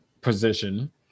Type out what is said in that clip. position